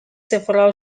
several